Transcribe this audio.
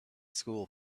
school